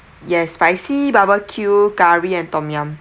yes spicy barbecue curry and tom yum